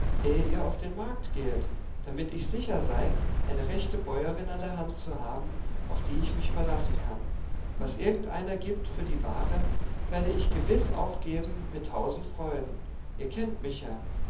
ihr auf den markt gehet damit ich sicher sei eine rechte bäuerin an der hand zu haben auf die ich mich verlassen kann was irgendeiner gibt für die ware werde ich gewiß auch geben mit tausend freuden ihr kennt mich ja